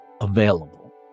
available